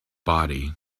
body